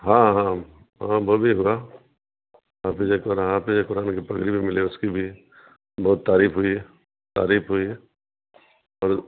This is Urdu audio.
ہاں ہاں ہاں وہ بھی ہوا حافج قرآن کی پگڑی بھی ملی اس کی بھی بہت تعریف ہوئی ہے تعریف ہوئی ہے اور